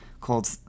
called